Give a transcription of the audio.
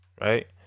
Right